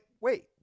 wait